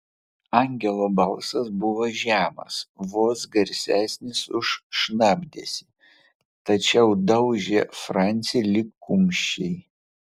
angelo balsas buvo žemas vos garsesnis už šnabždesį tačiau daužė francį lyg kumščiai